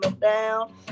down